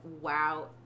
WoW